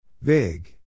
Vig